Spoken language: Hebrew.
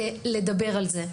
צריך גם לדבר על זה.